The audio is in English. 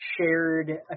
shared